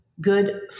good